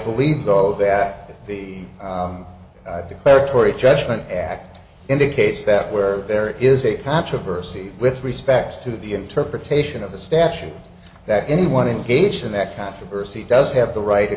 believe though that the declaratory judgment act indicates that where there is a controversy with respect to the interpretation of the statute that any one indication that controversy does have the right